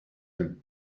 him